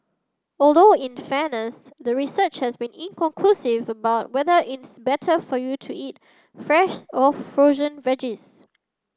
although in fairness the research has been inconclusive about whether it's better for you to eat fresh or frozen veggies